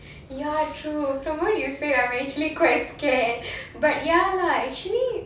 ya true from what you say I'm actually quite scared but ya lah actually